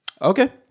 Okay